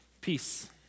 Peace